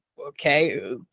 okay